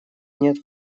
нет